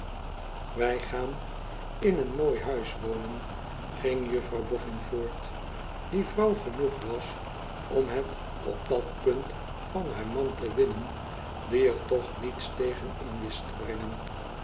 twij gaan in een mooi huis wonen ging juffrouw boffin voort die vrouw genoeg was om het op dat punt van haar man te winnen die er toch niets tegen in wist te brengen